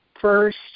first